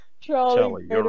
Charlie